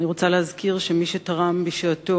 אני רוצה להזכיר כאן שמי שתרם בשעתו